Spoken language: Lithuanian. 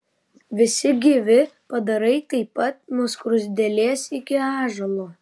visi gyvi padarai taip pat nuo skruzdėlės iki ąžuolo